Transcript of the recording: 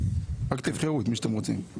רק תבחרו את מי שאתם רוצים.